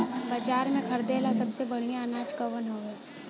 बाजार में खरदे ला सबसे बढ़ियां अनाज कवन हवे?